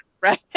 right